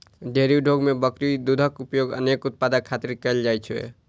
dairy उद्योग मे बकरी दूधक उपयोग अनेक उत्पाद खातिर कैल जाइ छै